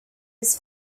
his